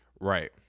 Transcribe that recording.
right